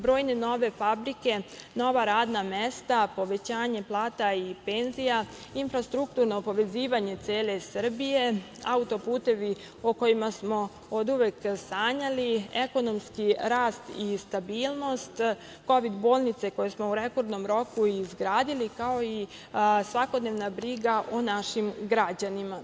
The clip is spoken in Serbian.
Brojne nove fabrike, nova radna mesta, povećanje plata i penzija, infrastrukturno povezivanje cele Srbije, autoputevi o kojima smo oduvek sanjali, ekonomski rast i stabilnost, kovid bolnice koje smo u rekordnom roku izgradili, kao i svakodnevna briga o našim građanima.